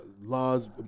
laws